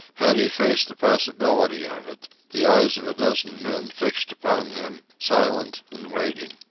had he faced the possibility of it, the eyes of a dozen men fixed upon him, silent and waiting.